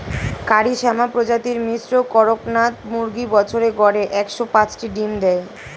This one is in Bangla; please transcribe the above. কারি শ্যামা প্রজাতির মিশ্র কড়কনাথ মুরগী বছরে গড়ে একশ পাঁচটি ডিম দেয়